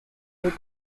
des